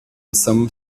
some